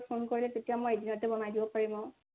phone কৰিলে তেতিয়া মই এদিনতে বনাই দিব পাৰিম আৰু